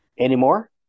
Anymore